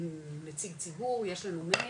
נציג ציבור, יש לנו מייל,